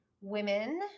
women